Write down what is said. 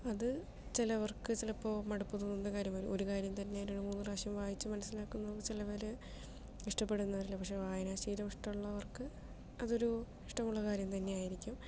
അത് ചിലർക്ക് ചിലപ്പോൾ മടുപ്പ് തോന്നുന്ന കാര്യമായിരിക്കും ഒരു കാര്യം തന്നെ രണ്ടു മൂന്നു പ്രാവശ്യം വായിച്ച് മനസ്സിലാക്കുന്നത് ചിലർ ഇഷ്ടപ്പെടുന്നതല്ല പക്ഷേ വായനാശീലം ഇഷ്ടമുള്ളവർക്ക് അതൊരു ഇഷ്ടമുള്ള കാര്യം തന്നെയായിരിക്കും